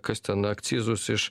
kas ten akcizus iš